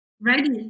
ready